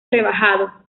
rebajado